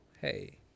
hey